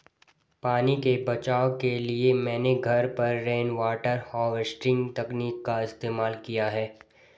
पानी के बचाव के लिए मैंने घर पर रेनवाटर हार्वेस्टिंग तकनीक का इस्तेमाल किया है